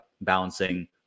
balancing